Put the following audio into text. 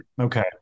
Okay